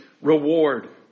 reward